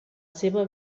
seva